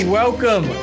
welcome